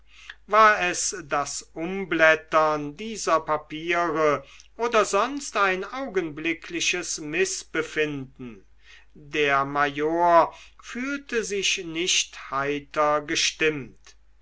war es das umblättern dieser papiere oder sonst ein augenblickliches mißbefinden der major fühlte sich nicht heiter gestimmt